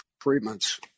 treatments